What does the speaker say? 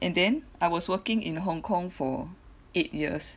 and then I was working in Hong kong for eight years